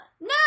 No